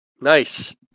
Nice